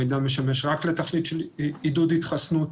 המידע משמש רק לתכלית של עידוד התחסנות.